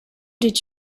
did